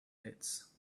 pits